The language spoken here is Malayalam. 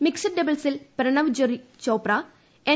മിക്സഡ് ഡബിൾസിൽ പ്രണവ് ജെറി ചോപ്ര എൻ